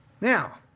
Now